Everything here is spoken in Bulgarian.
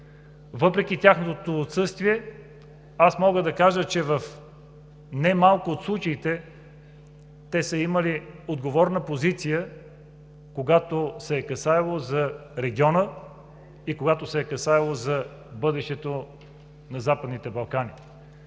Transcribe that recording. Въпреки тяхното отсъствие мога да кажа, че в немалко от случаите те са имали отговорна позиция, когато се е касаело за региона и когато се е касаело за бъдещето на Западните Балкани.